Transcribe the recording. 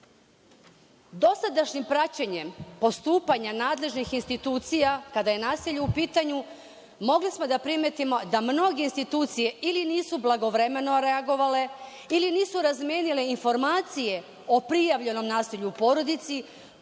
nasilja. Dosadašnjim praćenjem postupanja nadležnih institucija kada je nasilje u pitanju mogli smo da primetimo da mnoge institucije ili nisu blagovremeno reagovale ili nisu razmenile informacije o prijavljenom nasilju u porodici,